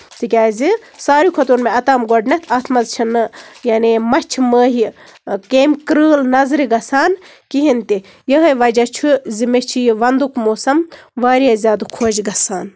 تِکیازِ ساروٕے کھۄتہٕ وون مےٚ اوٚتام گۄڈٕنیٚتھ اَتھ منٛز چھُنہٕ یعنی مَچِھِ مٔہِۍ کیمۍ کرۭل نَظرِ گژھان کِہینۍ تہِ یِہوے وَجہہ چھُ زِ مےٚ چھُ یہِ وَندُک موسَم واریاہ زیادٕ خۄش گژھان